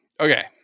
Okay